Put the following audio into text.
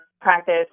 practice